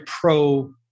pro